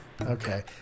okay